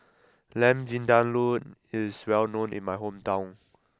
Lamb Vindaloo is well known in my hometown